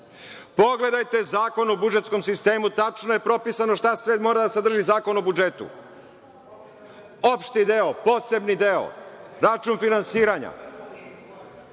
Pogledajte Zakon o budžetskom sistemu. Tačno je propisano šta sve mora da sadrži Zakon o budžetu. Opšti deo, posebni deo, račun finansiranja.